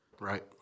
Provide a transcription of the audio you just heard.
Right